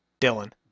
Dylan